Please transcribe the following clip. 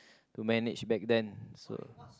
to manage back then so